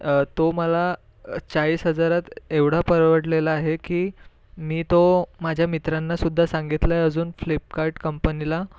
तो मला चाळीस हजारात एवढा परवडलेला आहे की मी तो माझ्या मित्रांनासुद्धा सांगितलंय अजून फ्लिपकार्ट कंपनीला